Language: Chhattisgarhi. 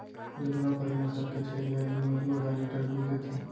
जमुनापारी नसल के छेरी ह दिन म दू अढ़ाई लीटर दूद देथे